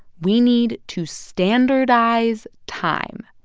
we need to standardize time,